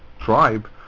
tribe